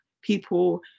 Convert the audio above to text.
people